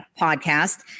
podcast